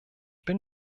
bin